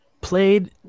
played